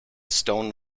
stone